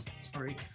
sorry